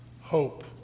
hope